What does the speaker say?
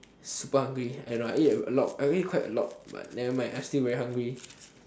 super hungry I don't know I eat a lot I really quite a lot but nevermind still quite hungry